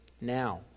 Now